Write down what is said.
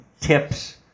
tips